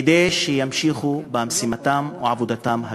כדי שימשיכו במשימתם ובעבודתם הקדושה.